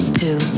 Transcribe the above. two